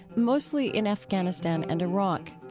mostly in afghanistan and iraq.